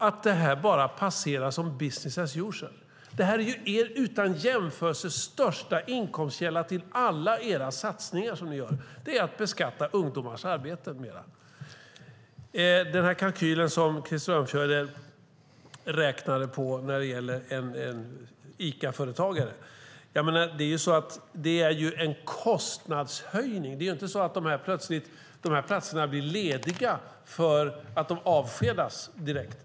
Det skulle bara passera som business as usual. Det är att beskatta ungdomars arbete mer som är er utan jämförelse största inkomstkälla till alla era satsningar som ni gör. Krister Örnfjäder räknade på en kalkyl för en Icaföretagare. Det är en kostnadshöjning. Det är inte så att dessa platser plötsligt blir lediga för att de människorna avskedas direkt.